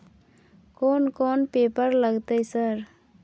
कोन कौन पेपर लगतै सर?